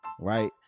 Right